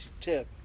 tip